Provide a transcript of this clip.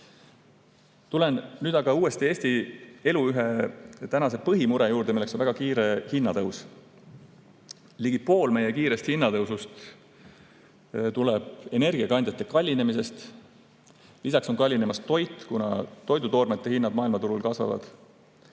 Tulen nüüd uuesti Eesti elu ühe tänase põhimure juurde, milleks on väga kiire hinnatõus. Ligi pool meie kiirest hinnatõusust tuleb energiakandjate kallinemisest. Lisaks on kallinemas toit, kuna toidutoorme hinnad maailmaturul kasvavad.